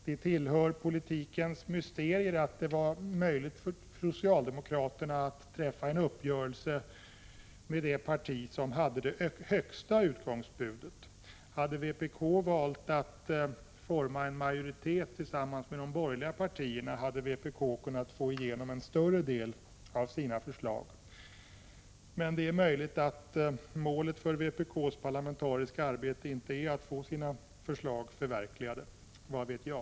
Det tillhör politikens mysterier att det var möjligt för socialdemokraterna att träffa en uppgörelse med det parti som hade det högsta utgångsbudet. Om vpk hade valt att forma en majoritet tillsammans med de borgerliga partierna, hade vpk kunnat få igenom en större del av sina förslag. Men det är möjligt att målet för vpk:s parlamentariska arbete inte är att få sina förslag förverkligade — vad vet jag?